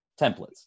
templates